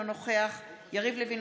אינו נוכח יריב לוין,